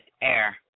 air